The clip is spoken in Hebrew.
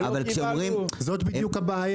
זאת בדיוק הבעיה.